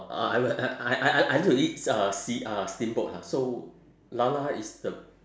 uh I will I I I I like to eat uh sea~ uh steamboat ha so 啦啦 is the